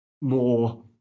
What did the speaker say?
more